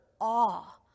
awe